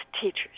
teachers